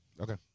okay